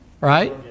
right